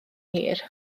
hir